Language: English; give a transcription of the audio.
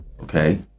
Okay